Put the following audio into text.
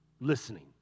listening